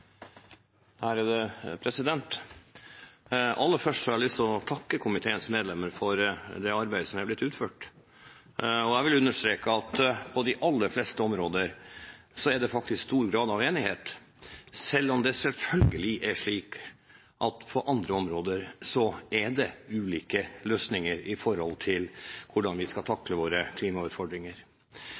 blitt utført. Jeg vil understreke at på de aller fleste områder er det faktisk stor grad av enighet, selv om det selvfølgelig er slik at på enkelte områder er det ulike løsninger på hvordan vi skal takle våre klimautfordringer.